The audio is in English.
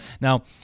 Now